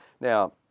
now